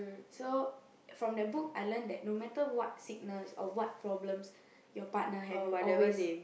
so from that book I learn that no matter what sickness or what problems your partner have you always